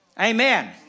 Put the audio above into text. Amen